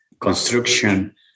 construction